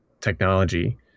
technology